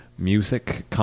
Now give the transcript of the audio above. music